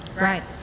Right